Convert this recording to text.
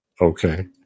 Okay